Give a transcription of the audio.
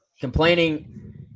complaining